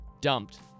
Dumped